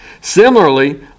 Similarly